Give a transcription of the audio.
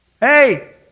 hey